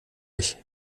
ich